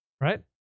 right